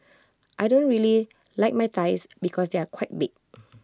I don't really like my thighs because they are quite big